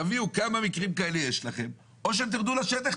תביאו כמה מקרים כאלה יש לכם או שתרדו לשטח,